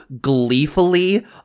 gleefully